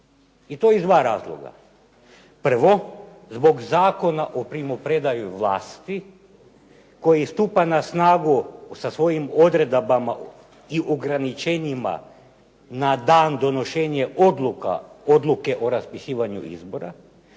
i to iz dva razloga. Prvo, zbog Zakona o primopredaji vlasti koji stupa na snagu sa svojim odredbama i ograničenjima na dana donošenja odluke o raspisivanju izbora